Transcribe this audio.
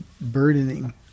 burdening